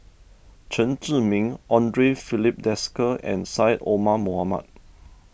Chen Zhiming andre Filipe Desker and Syed Omar Mohamed